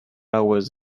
hours